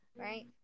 right